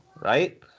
right